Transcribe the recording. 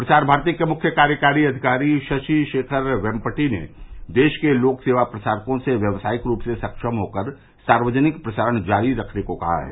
प्रसार भारती के मुख्य कार्यकारी अधिकारी शशि शेखर वेम्पटि ने देश के लोक सेवा प्रसारकों से व्यावसायिक रूप से सक्षम होकर सार्वजनिक प्रसारण जारी रखने को कहा है